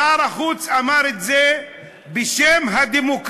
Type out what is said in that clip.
שר החוץ אמר את זה בשם הדמוקרטיה,